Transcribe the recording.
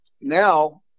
Now